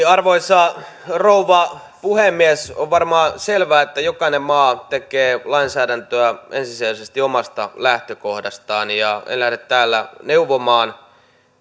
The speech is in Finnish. arvoisa rouva puhemies on varmaan selvää että jokainen maa tekee lainsäädäntöä ensisijaisesti omasta lähtökohdastaan ja en lähde täällä neuvomaan